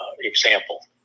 example